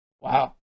Wow